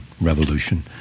revolution